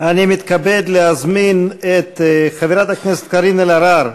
אני מתכבד להזמין את חברת הכנסת קארין אלהרר